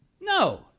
No